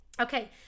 Okay